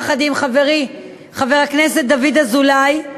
יחד עם חברי חבר הכנסת דוד אזולאי.